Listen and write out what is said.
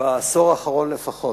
בעשור האחרון לפחות.